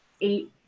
eight